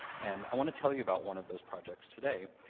and i want to tell you about one of those projects today.